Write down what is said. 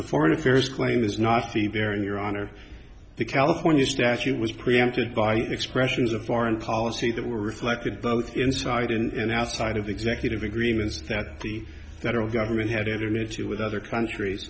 the foreign affairs claim is not the there in your honor the california statute was preempted by expressions of foreign policy that were reflected both inside and outside of executive agreements that the federal government headed into with other countries